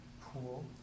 pool